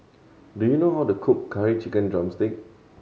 do you know how to cook Curry Chicken drumstick